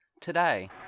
today